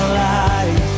life